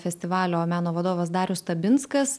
festivalio meno vadovas darius stabinskas